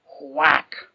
Whack